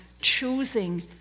choosing